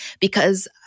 because-